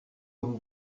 vous